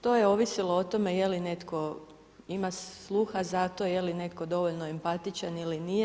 To je ovisilo o tome je li netko ima sluha za to, je li netko dovoljno empatičan ili nije.